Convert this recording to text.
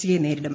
സിയെ നേരിടും